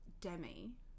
demi